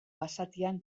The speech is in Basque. basatian